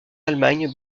allemagne